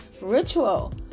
ritual